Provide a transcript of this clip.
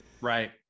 Right